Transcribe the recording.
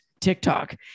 TikTok